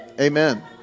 amen